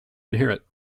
inherit